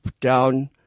down